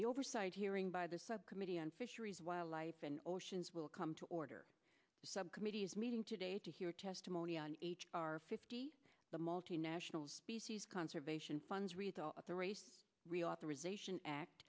the oversight hearing by the subcommittee on fisheries wildlife and oceans will come to order subcommittee is meeting today to hear testimony on h r fifty the multi nationals species conservation funds result of the race reauthorization act